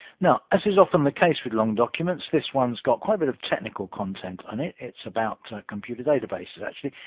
now as is often the case with long documents, this one's got quite a bit of technical content on it. it's about computer databases actually.